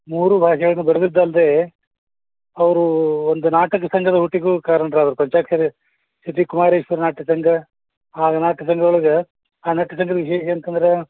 ಮೂರು ಭಾಷೆಯನ್ನು ಬರೆದಿದ್ದಲ್ದೆ ಅವರೂ ಒಂದು ನಾಟಕ ಸಂಘದ ಹುಟ್ಟಿಗೂ ಕಾರಣರಾದರು ಪಂಚಾಕ್ಷರಿ ಸಿದ್ಧಿ ಕುಮಾರೇಶ್ವರ ನಾಟಕ ಸಂಘ ಆ ನಾಟಕ ಸಂಗ್ದೊಳಗೆ ಆ ನಾಟಕ ಸಂಘದಲ್ಲಿ ಏನಿತ್ತಂದ್ರೆ